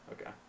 okay